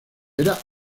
era